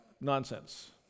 nonsense